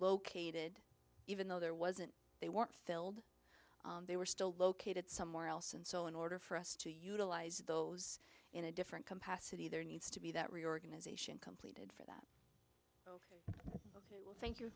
located even though there wasn't they weren't filled they were still located somewhere else and so in order for us to utilize those in a different capacity there needs to be that reorganization complete thank you thank you